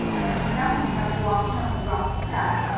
but he found himself walking on a rocky path,